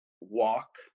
walk